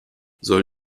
soll